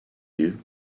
you